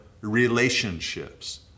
relationships